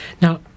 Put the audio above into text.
Now